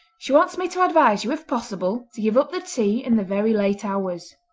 she wants me to advise you if possible to give up the tea and the very late hours.